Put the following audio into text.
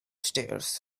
stairs